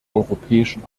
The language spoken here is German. europäischen